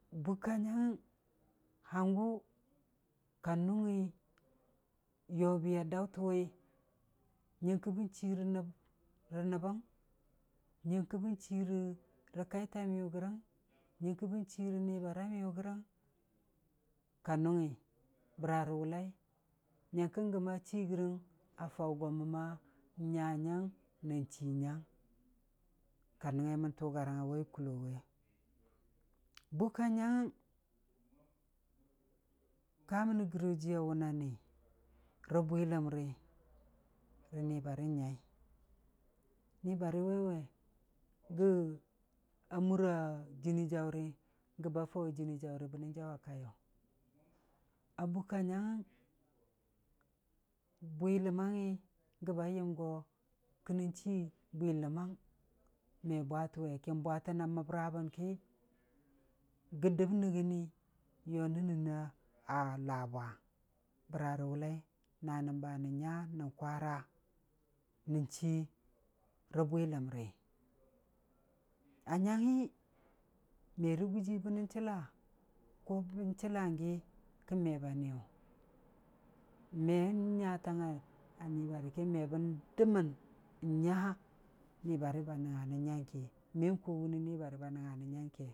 Bukka nyangngəng hangʊ ka nʊngugi yʊbiya daʊtawi, nyəngkə bən chii rə nəb- rə nəbbəng, nyəngkə bən chii rə kaita miyu chii rə nibara miyʊu gərən, ngangka ban chii ra nibara miyu garang ka nʊngngi, bəra rə wʊllai, nyəng ka gəma chii gərəng, a faʊ go məma nya nyang na chii nyang, ka nəngngaimən tʊgarang a wai kullo we Bukka nyangngəng ka mənnə gɨrojiiya wʊnani rə bwi ləmri rə nibari nyai, nibari waiwe, gə, ə mura jɨni, jaʊri, gəba faʊwe jɨnii jaʊri bənən jauw kaiyu. A bukka nyangang bwi ləmangngi gə ba yəm go kənən chii bwi ləməng me bwatə we, ki bwatə na məbra bən ki gə dəb nɨggɨnii yonən nɨr a laabwa, bəra rə wʊllai, na ndu nya nən kwara, nən chii rə bwi ləmri, a nyangugi me rə gujii bənən chəlla, ko bən chəlla gi gi ka meba niyʊ, men nyatang a ni bari ki me bən da'man nya ni bari ba nənguganən nyang nyəngki